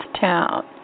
town